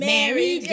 Mary